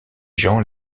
gens